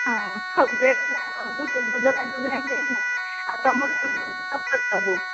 ହଁ ସବୁଜ ଆଉ ତମ ସବୁ